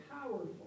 powerful